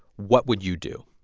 what would you do?